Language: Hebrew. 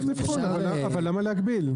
צריך לבחון, אבל למה להגביל?